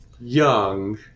young